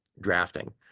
drafting